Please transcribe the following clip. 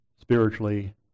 spiritually